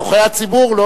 זוכה הציבור?